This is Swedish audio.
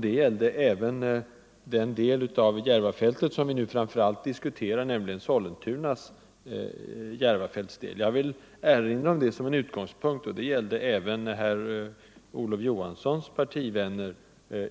Detta gällde även den del av Järvafältet som vi nu framför allt diskuterar, nämligen Sollentunas Järvafältsdel. Jag vill erinra om detta som en utgångspunkt. Det gällde även herr Olof Johanssons i Stockholm partivänner